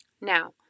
Now